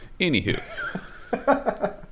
anywho